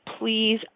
please